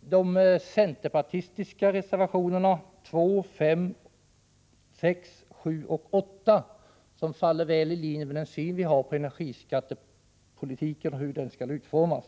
de centerpartistiska reservationerna 2, 5, 6,7 och 8, som ligger väl i linje med vår syn på energiskattepolitiken och dess utformning.